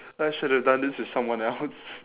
I should've done this with someone else